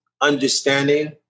understanding